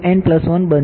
તેથી પ્રથમ ટર્મ બનશે